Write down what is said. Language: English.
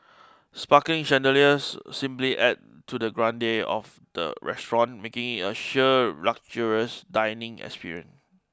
sparkling chandeliers simply adds to the grandeur of the restaurant making it a sheer luxurious dining experience